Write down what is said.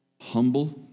Humble